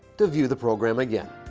to view the program again.